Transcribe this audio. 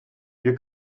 wir